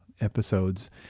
episodes